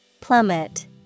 Plummet